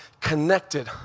connected